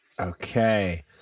Okay